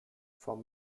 vom